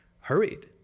hurried